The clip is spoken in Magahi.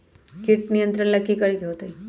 किट नियंत्रण ला कि करे के होतइ?